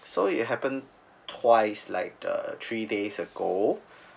so it happened twice like the uh three days ago